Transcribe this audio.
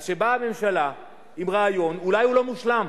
אז כשבאה הממשלה עם רעיון, אולי הוא לא מושלם,